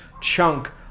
chunk